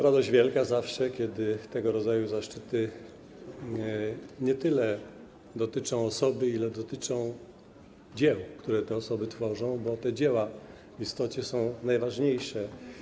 Radość wielka zawsze, kiedy tego rodzaju zaszczyty nie tyle dotyczą osób, ile dotyczą dzieł, które te osoby tworzą, bo te dzieła w istocie są najważniejsze.